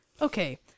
Okay